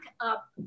up